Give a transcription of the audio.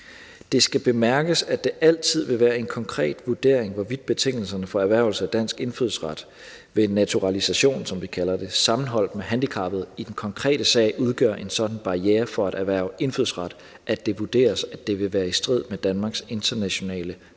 Det skal bemærkes, at det altid vil være en konkret vurdering, hvorvidt betingelserne for erhvervelse af dansk indfødsret ved naturalisation, som vi kalder det, sammenholdt med handicappet i den konkrete sag udgør en sådan barriere for at erhverve indfødsret, at det vurderes, at det vil være i strid med Danmarks internationale forpligtelser